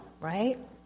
right